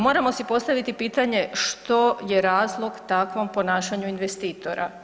Moramo si postaviti pitanje što je razlog takvom ponašanju investitora?